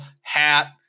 hat